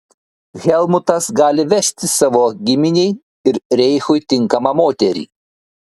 helmutas gali vesti savo giminei ir reichui tinkamą moterį